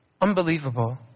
unbelievable